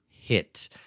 hit